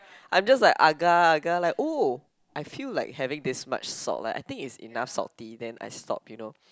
I'm just like agak agak like oh I feel like having this much salt like I think it's enough salty then I stop you know